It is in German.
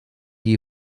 die